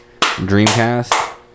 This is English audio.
Dreamcast